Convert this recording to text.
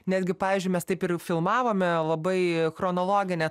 netgi pavyzdžiui mes taip ir filmavome labai chronologine